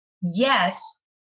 Yes